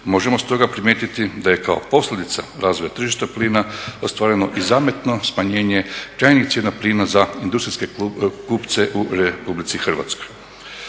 Možemo stoga primijetiti da je kao posljedica razvoja tržišta plina ostvareno i zamjetno smanjenje trajnih cijena plina za industrijske kupce u Republici Hrvatskoj.